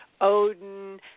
Odin